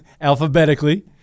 alphabetically